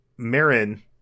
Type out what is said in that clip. Marin